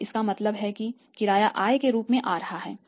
तो इसका मतलब है कि किराया आय के रूप में आ रहा है